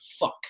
fuck